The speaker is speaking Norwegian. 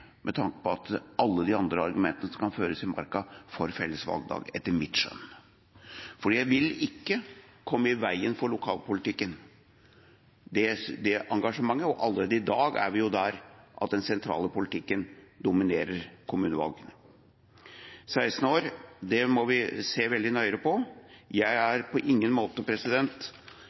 alle de andre argumentene som kan føres i margen for felles valgdag, etter mitt skjønn. Det vil ikke komme i veien for engasjementet for lokalpolitikken. Allerede i dag er vi jo der at rikspolitikken dominerer kommunevalgene. 16-års aldersgrense for stemmerett må vi se mer nøye på. Jeg